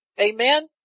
Amen